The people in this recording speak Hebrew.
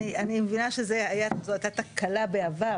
אני מבינה שזו הייתה כלכלה בעבר,